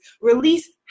Release